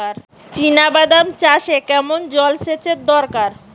চিনাবাদাম চাষে কেমন জলসেচের দরকার?